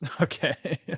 Okay